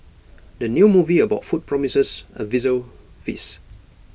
the new movie about food promises A visual feast